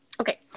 Okay